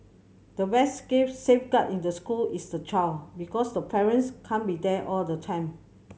the best safeguard in the school is the child because the parents can't be there all the time